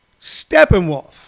Steppenwolf